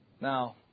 Now